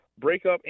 breakup